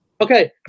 Okay